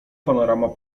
panorama